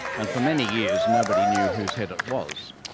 and for many years nobody knew whose head it was.